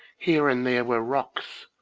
here and there were rocks,